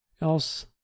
Else